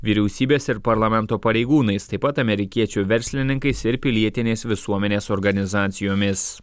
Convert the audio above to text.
vyriausybės ir parlamento pareigūnais taip pat amerikiečių verslininkais ir pilietinės visuomenės organizacijomis